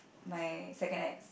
my second ex